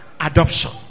Adoption